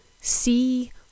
see